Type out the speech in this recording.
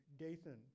Gathan